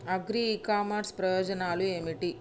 Agri e commerce ప్రయోజనాలు ఏమిటి?